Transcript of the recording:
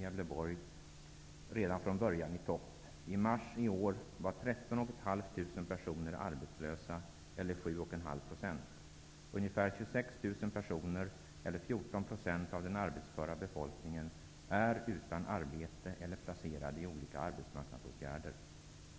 Gävleborg redan från början i topp. I mars i år var 26 000 personer eller 14 % av den arbetsföra befolkningen är utan arbete eller placerad i olika arbetsmarknadsåtgärder.